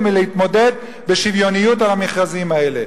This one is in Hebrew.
להתמודד בשוויוניות על המכרזים האלה.